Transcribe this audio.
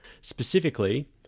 specifically